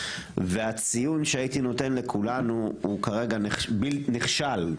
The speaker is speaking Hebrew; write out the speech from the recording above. והציון שהייתי לכולנו הוא נכשל.